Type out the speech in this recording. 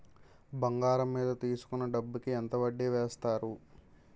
బంగారం మీద తీసుకున్న డబ్బు కి ఎంత వడ్డీ వేస్తారు?